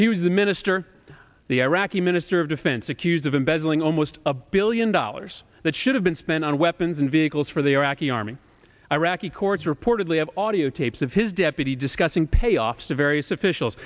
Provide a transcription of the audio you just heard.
he was the minister the iraqi minister of defense accused of embezzling almost a billion dollars that should have been spent on weapons and vehicles for the iraqi army iraqi courts reportedly have audiotapes of his deputy discussing payoffs to various officials